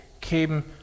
came